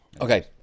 Okay